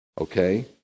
Okay